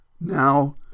Now